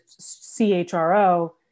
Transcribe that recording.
CHRO